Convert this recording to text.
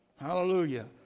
Hallelujah